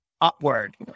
upward